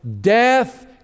Death